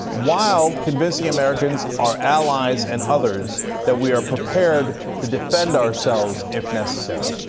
while convincing americans, our allies and others that we are prepared to defend ourselves if necessary?